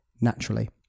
naturally